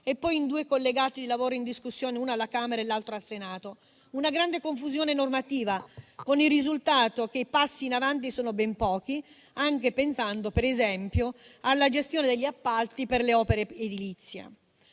e poi in due collegati dei lavori in discussione, uno alla Camera e l'altro al Senato. Una grande confusione normativa, con il risultato che i passi in avanti sono ben pochi, anche pensando, per esempio, alla gestione degli appalti per le opere edilizie.